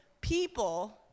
people